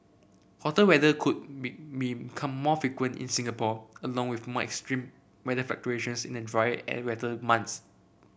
hotter weather could be become more frequent in Singapore along with more extreme weather fluctuations in the drier and wetter months